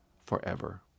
forever